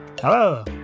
Hello